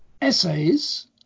essays